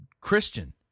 Christian